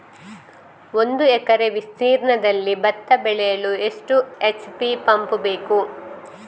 ಒಂದುಎಕರೆ ವಿಸ್ತೀರ್ಣದಲ್ಲಿ ಭತ್ತ ಬೆಳೆಯಲು ಎಷ್ಟು ಎಚ್.ಪಿ ಪಂಪ್ ಬೇಕು?